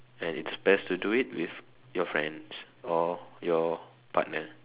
and it's best to do it with your friends or your partner